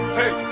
hey